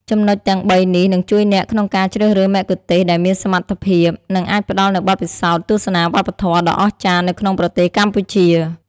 ចំណុចទាំងបីនេះនឹងជួយអ្នកក្នុងការជ្រើសរើសមគ្គុទ្ទេសក៍ដែលមានសមត្ថភាព និងអាចផ្តល់នូវបទពិសោធន៍ទស្សនាវប្បធម៌ដ៏អស្ចារ្យនៅក្នុងប្រទេសកម្ពុជា។